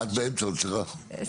ברשותך,